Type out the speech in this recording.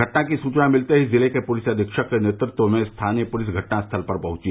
घटना की सूचना मिलते ही जिले के पुलिस अधीक्षक के नेतृत्व में स्थानीय पुलिस घटनास्थल पर पहुंची